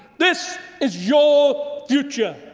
this is your future.